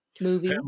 movie